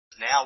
Now